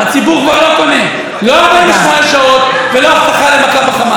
הציבור כבר לא קונה לא 48 שעות ולא הבטחה למכה בחמאס.